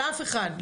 על אף אחד,